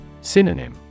Synonym